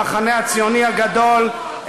במחנה הציוני הגדול,